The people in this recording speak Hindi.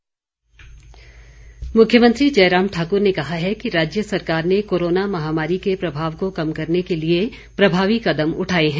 मुख्यमंत्री मुख्यमंत्री जयराम ठाकुर ने कहा है कि राज्य सरकार ने कोरोना महामारी के प्रभाव को कम करने के लिए प्रभावी कदम उठाए हैं